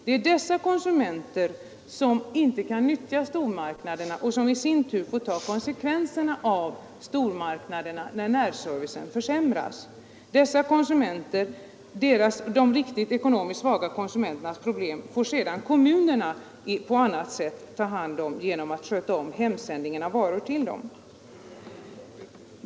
Det är dessa konsumenter som inte kan nyttja stormarknaderna och som i sin tur får ta konsekvenserna av stormarknaderna när närservicen försämras. De ekonomiskt riktigt svaga konsumenternas problem får sedan kommunerna på annat sätt ta hand om genom att sköta om hemsändningen av varor.